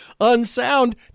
unsound